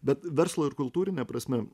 bet verslo ir kultūrine prasme